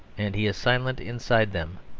and he is silent inside them.